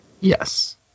Yes